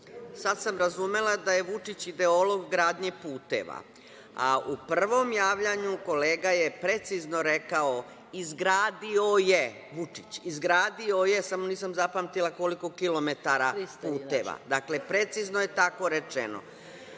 Sad sam razumela da je Vučić ideolog gradnje puteva, a u prvom javljanju kolega je precizno rekao – izgradio je Vučić, izgradio je, samo nisam zapamtila koliko kilometara puteva. Dakle, precizno je tako rečeno. Ne